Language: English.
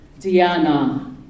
Diana